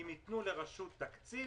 אם יתנו לרשות תקציב,